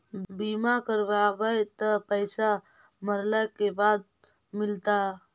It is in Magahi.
बिमा करैबैय त पैसा मरला के बाद मिलता?